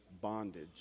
bondage